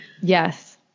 Yes